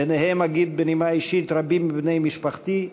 וביניהם, אגיד בנימה אישית, רבים מבני משפחתי.